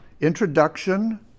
introduction